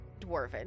Dwarven